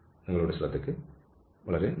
നിങ്ങളുടെ ശ്രദ്ധയ്ക്ക് വളരെ നന്ദി